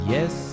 Yes